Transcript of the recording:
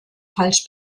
falsch